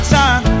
time